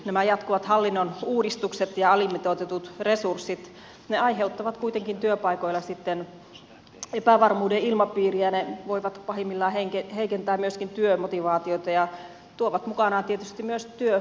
nämä jatkuvat hallinnon uudistukset ja alimitoitetut resurssit aiheuttavat kuitenkin työpaikoilla epävarmuuden ilmapiiriä ja ne voivat pahimmillaan heikentää myöskin työmotivaatiota ja tuovat mukanaan tietysti myös työuupumusta